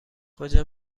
کجا